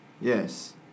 Yes